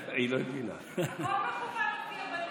הכול מכוון לפי הבנים,